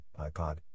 ipod